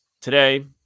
Today